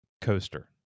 coaster